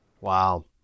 Wow